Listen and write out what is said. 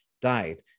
died